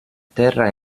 terra